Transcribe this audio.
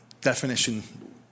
Definition